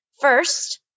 First